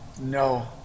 no